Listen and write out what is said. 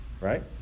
right